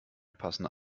passende